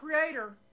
creator